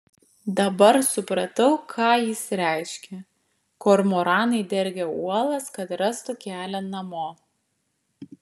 dabar supratau ką jis reiškia kormoranai dergia uolas kad rastų kelią namo